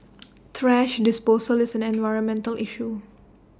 thrash disposal is an environmental issue